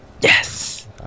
yes